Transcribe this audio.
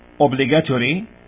Obligatory